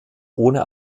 ohne